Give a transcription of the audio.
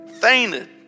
fainted